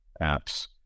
apps